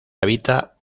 habita